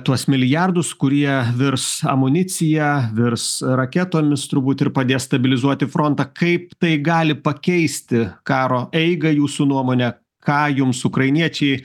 tuos milijardus kurie virs amunicija virs raketomis turbūt ir padės stabilizuoti frontą kaip tai gali pakeisti karo eigą jūsų nuomone ką jums ukrainiečiai